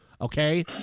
okay